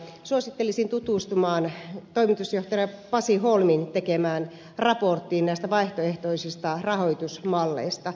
suosittelisin tutustumaan toimitusjohtaja pasi holmin tekemään raporttiin vaihtoehtoisista rahoitusmalleista